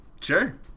sure